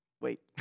wait